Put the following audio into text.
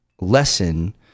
lesson